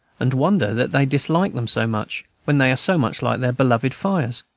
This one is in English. and wonder that they dislike them so much, when they are so much like their beloved fires.